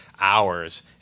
hours